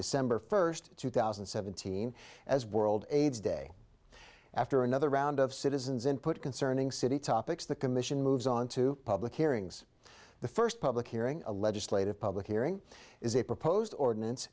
december first two thousand and seventeen as world aids day after another round of citizens input concerning city topics the commission moves on to public hearings the first public hearing a legislative public hearing is a proposed ordinance